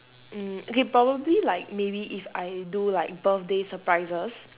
mm okay probably like maybe if I do like birthday surprises